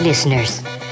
Listeners